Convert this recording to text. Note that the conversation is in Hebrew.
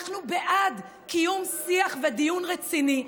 אנחנו בעד קיום שיח ודיון רציני,